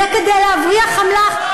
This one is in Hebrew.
זה כדי להבריח אמל"ח.